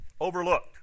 overlooked